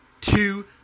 two